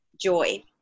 joy